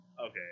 Okay